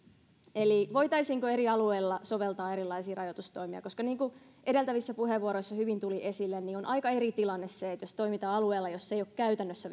eli voitaisiinko eri alueilla soveltaa erilaisia rajoitustoimia koska niin kuin edeltävissä puheenvuoroissa hyvin tuli esille on aika eri tilanne jos toimitaan alueella jossa ei ole käytännössä